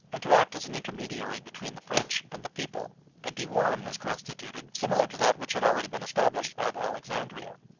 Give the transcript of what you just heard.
and to act as an intermediary between the french and the people, a dewan was constituted similar to that which had already been established at alexandria.